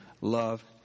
Love